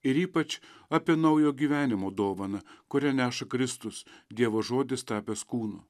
ir ypač apie naujo gyvenimo dovaną kurią neša kristus dievo žodis tapęs kūnu